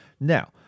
Now